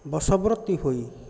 ବଶବର୍ତ୍ତୀ ହୋଇ